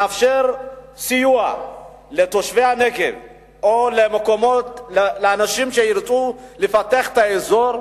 נאפשר סיוע לתושבי הנגב או לאנשים שירצו לפתח את האזור,